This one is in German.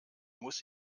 muss